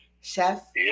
Chef